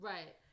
Right